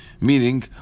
Meaning